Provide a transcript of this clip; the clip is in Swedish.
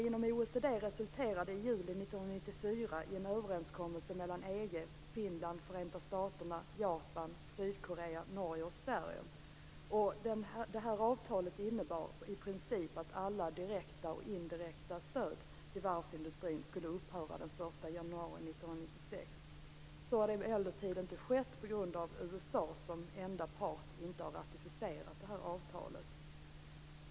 Det avtalet innebar i princip att alla direkta och indirekta stöd till varvsindustrin skulle upphöra den 1 januari 1996. Så har emellertid inte skett på grund av USA som som enda part inte har ratificerat avtalet.